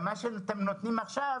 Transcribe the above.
גם מה שאתם נותנים עכשיו,